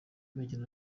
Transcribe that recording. imikino